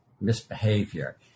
misbehavior